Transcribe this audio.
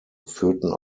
führten